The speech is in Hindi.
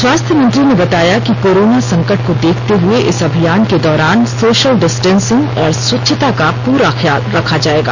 स्वास्थ्य मंत्री ने बताया कि कोरोना संकट को देखते हुए इस अभियान के दौरान सोशल डिस्टेंसिंग और स्वच्छता का पूरा ख्याल रखा जाएगा